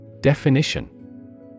Definition